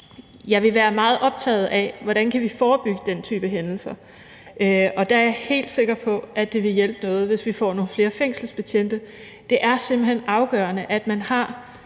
jeg vil være meget optaget af, hvordan vi kan forebygge den type hændelser, og der er jeg helt sikker på, at det vil hjælpe noget, hvis vi får nogle flere fængselsbetjente. Det er simpelt hen afgørende, at